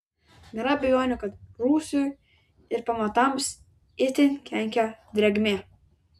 nėra abejonių kad rūsiui ir pamatams itin kenkia drėgmė